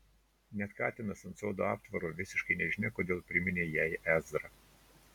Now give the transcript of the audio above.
net katinas ant sodo aptvaro visiškai nežinia kodėl priminė jai ezrą